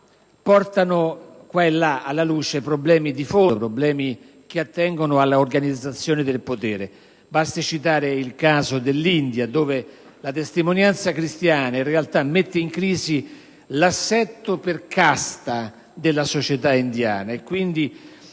portano qua e là alla luce problemi di fondo, problemi che attengono all'organizzazione del potere. Basti citare il caso dall'India dove la testimonianza cristiana, in realtà, mette in crisi l'assetto per casta della società indiana